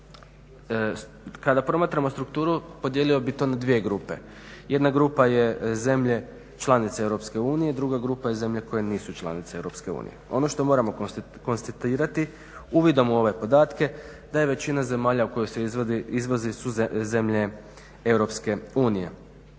Kada promatramo strukturu podijelio bih to na dvije grupe, jedna grupa je zemlje članice EU, druga grupa je zemlje koje nisu članice EU, ono što moramo konstatirati uvidom u ove podatke da je većina zemalja u koje se izvozi su zemlje EU.